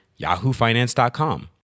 yahoofinance.com